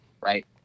right